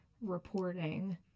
reporting